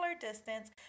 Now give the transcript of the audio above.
distance